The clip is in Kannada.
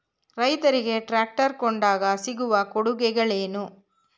ರೈತರಿಗೆ ಟ್ರಾಕ್ಟರ್ ಕೊಂಡಾಗ ಸಿಗುವ ಕೊಡುಗೆಗಳೇನು?